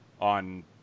on